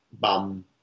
bum